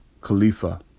Khalifa